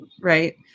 right